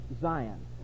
Zion